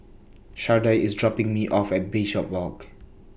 Shardae IS dropping Me off At Bishopswalk